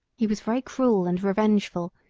he was very cruel and revengeful,